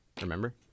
Remember